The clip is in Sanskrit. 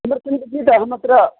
किमर्थमिति चेत् अहमत्र